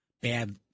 bad